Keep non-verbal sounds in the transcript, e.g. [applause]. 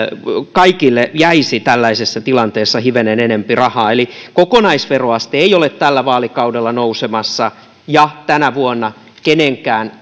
kaikille jäisi tällaisessa tilanteessa hivenen enempi rahaa eli kokonaisveroaste ei ole tällä vaalikaudella nousemassa ja tänä vuonna kenenkään [unintelligible]